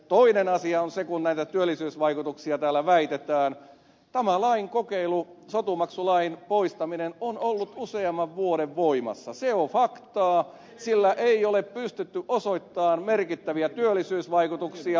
toinen asia on se kun näitä työllisyysvaikutuksia täällä väitetään että tämä lain kokeilu sotumaksulain poistaminen on ollut usean vuoden voimassa ja se on faktaa sillä ei ole pystytty osoittamaan olevan merkittäviä työllisyysvaikutuksia